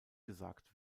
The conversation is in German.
gesagt